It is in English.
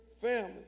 family